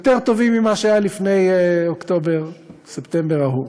טובים יותר ממה שהיה באוקטובר-ספטמבר ההם.